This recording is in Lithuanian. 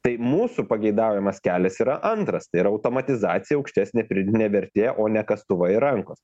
tai mūsų pageidaujamas kelias yra antras tai yra automatizacija aukštesnė pridėtinė vertė o ne kastuvai ir rankos